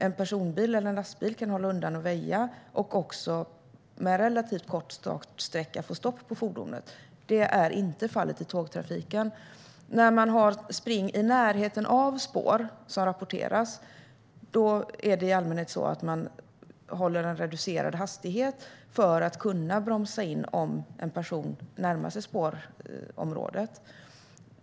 En personbil eller lastbil kan hålla undan och väja, och man kan också med relativt kort stoppsträcka få stopp på fordonet. Det är inte fallet i tågtrafiken. När man har spring i närheten av spår som rapporteras håller man i allmänhet en reducerad hastighet för att kunna bromsa in om en person närmar sig spårområdet.